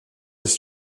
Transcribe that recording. his